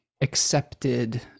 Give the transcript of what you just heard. accepted